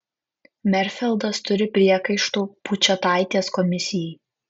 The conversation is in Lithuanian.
merfeldas turi priekaištų pučėtaitės komisijai